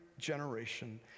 generation